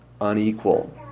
unequal